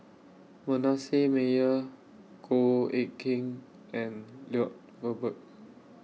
Manasseh Meyer Goh Eck Kheng and Lloyd Valberg